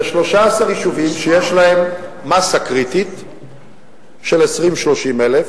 ל-13 יישובים שיש להם מאסה קריטית של 20,000 30,000,